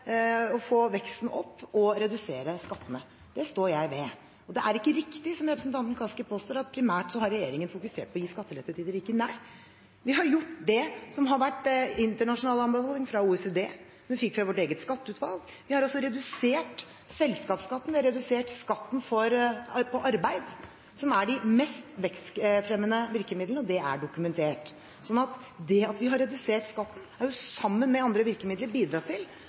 å få veksten opp, å redusere skattene. Det står jeg ved. Det er ikke riktig som representanten Kaski påstår, at primært har regjeringen fokusert på å gi skatteletter til de rike. Nei, vi har gjort det som har vært en internasjonal anbefaling fra OECD, og som vi fikk fra vårt eget skatteutvalg, vi har redusert selskapsskatten og redusert skatten på arbeid, som er de mest vekstfremmende virkemidlene, og det er dokumentert. At vi har redusert skatten har, sammen med andre virkemidler, bidratt til